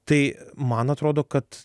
tai man atrodo kad